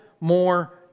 more